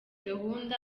gahunda